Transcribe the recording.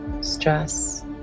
stress